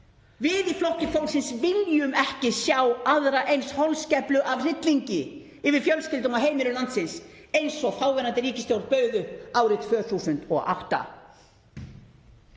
Við í Flokki fólksins viljum ekki sjá aðra eins holskeflu af hryllingi yfir fjölskyldum og heimilum landsins eins og þáverandi ríkisstjórn bauð upp árið 2008.